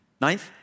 Ninth